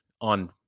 on